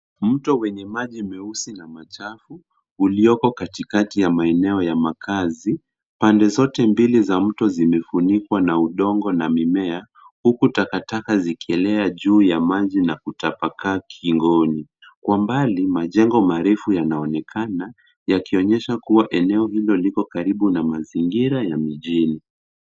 Mto wenye maji meusi na machafu ulioko katikati ya maeneo ya makazi. Pande zote mbili za mto zimefunikwa na udongo na mimea. Huku takataka zikielea juu ya maji na kutapakaa kingoni. Kwa mbali majengo marefu yanaonekana yakionyesha kuwa eneo liko katika mazingira ya mijini.